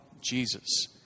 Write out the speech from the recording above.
Jesus